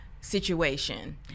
situation